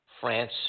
France